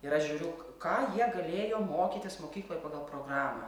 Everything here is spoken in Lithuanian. ir aš žiūriu ką jie galėjo mokytis mokykloj pagal programą